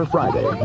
Friday